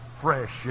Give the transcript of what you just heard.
fresh